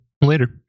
Later